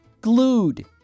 glued